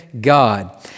God